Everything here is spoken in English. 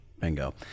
Bingo